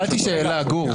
שר המשפטים אמר את זה בקולו,